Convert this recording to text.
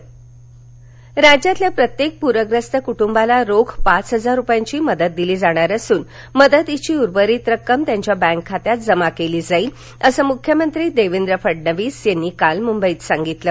मख्यमंत्री राज्यातील प्रत्येक प्रखस्त कुटुंबाला रोख पाच हजार रुपयांची मदत दिली जाणार असून मदतीची उर्वरित रक्कम त्यांच्या बँक खात्यात जमा केली जाईल असं मुख्यमंत्री देवेंद्र फडणवीस यांनी काल मुंबईत सांगितलं